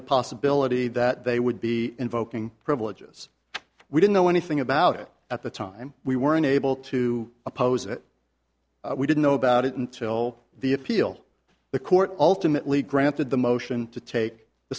the possibility that they would be invoking privileges we didn't know anything about it at the time we were unable to oppose it we didn't know about it until the appeal the court ultimately granted the motion to take the